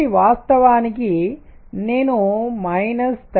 కాబట్టి వాస్తవానికి నేను మైనస్ 13